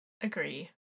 agree